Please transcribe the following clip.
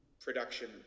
production